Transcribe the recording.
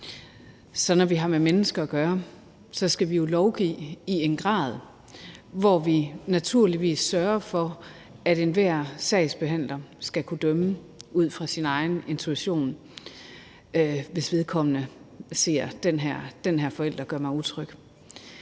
vi, når vi har med mennesker at gøre, jo lovgive i en grad, hvor vi naturligvis sørger for, at enhver sagsbehandler skal kunne dømme ud fra sin egen intuition, hvis vedkommende oplever, at en forælder gør vedkommende utryg.